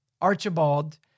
Archibald